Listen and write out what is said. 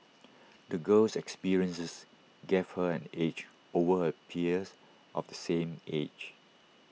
the girl's experiences gave her an edge over her peers of the same age